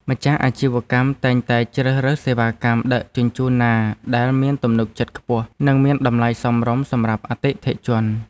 ម្ចាស់អាជីវកម្មតែងតែជ្រើសរើសសេវាកម្មដឹកជញ្ជូនណាដែលមានទំនុកចិត្តខ្ពស់ និងមានតម្លៃសមរម្យសម្រាប់អតិថិជន។